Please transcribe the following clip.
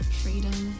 freedom